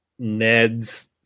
neds